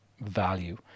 value